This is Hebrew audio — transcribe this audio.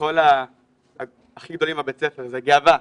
כביכול הכי גדולים בבית הספר, זה גאווה.